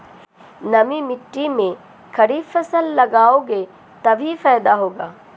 नमी मिट्टी में खरीफ फसल लगाओगे तभी फायदा होगा